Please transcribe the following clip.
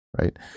right